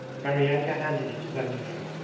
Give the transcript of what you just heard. maryanka handed it to vanyusha.